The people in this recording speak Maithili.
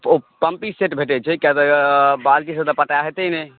ओ पम्पीसेट भेटैत छै किएक तऽ बाल्टीसँ तऽ पटाओल होयतै नहि